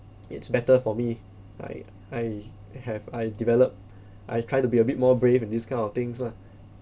it's better for me like I have I developed I try to be a bit more brave in these kind of things lah